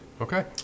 Okay